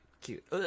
cute